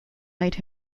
made